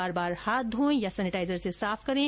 बार बार हाथ धोएं या सेनेटाइजर से साफ करें